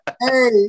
Hey